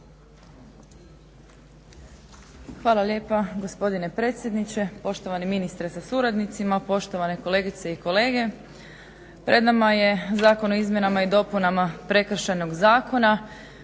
Hvala lijepa gospodine predsjedniče, poštovani ministre sa suradnicima, poštovane kolegice i kolege. Pred nama je zakon o izmjenama i dopunama Prekršajnog zakona,